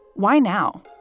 why now